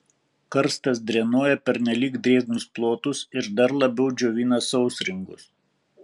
karstas drenuoja pernelyg drėgnus plotus ir dar labiau džiovina sausringus